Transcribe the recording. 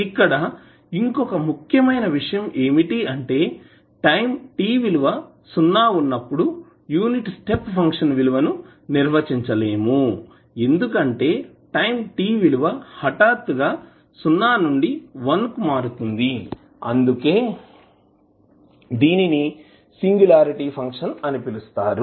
ఇక్కడ ఇంకో ముఖ్యమైన విషయం ఏమిటి అంటే టైం t విలువ సున్నా వున్నప్పుడు యూనిట్ స్టెప్ ఫంక్షన్ విలువ ని నిర్వచించలేము ఎందుకంటే టైం t విలువ హఠాత్తుగా సున్నా నుండి వన్ కి మారుతుంది అందుకే దీనిని సింగులారిటీ ఫంక్షన్ అని పిలుస్తారు